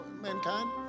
mankind